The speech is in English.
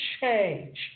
change